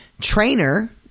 trainer